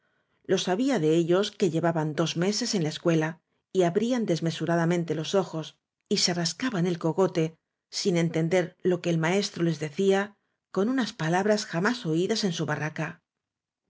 los había de ellos que llevaban dos meses en la escuela y abrían desmesuradamente los ojos y se rascaban el cogote sin entender lo que el maestro les decía con unas palabras jamás oídas en su barraca